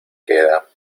queda